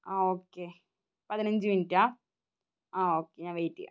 ആ ഓക്കെ പതിനഞ്ച് മിനിറ്റാണോ ആ ഓക്കെ ഞാൻ വെയ്റ്റ് ചെയ്യാം